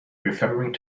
referring